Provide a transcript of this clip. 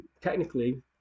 technically